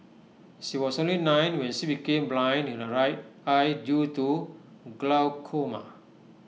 she was only nine when she became blind in her right eye due to glaucoma